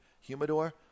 humidor